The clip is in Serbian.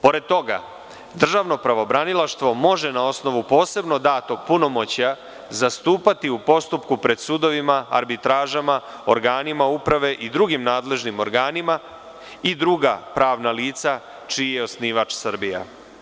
Pored toga, državno pravobranilaštvo može, na osnovu posebno datog punomoćja, zastupati u postupku pred sudovima, arbitražama, organima uprave i drugim nadležnim organima i druga pravna lica čiji je osnivač Srbija.